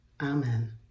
Amen